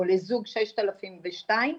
או לזוג ששת אלפים ושניים,